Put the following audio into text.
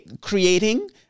creating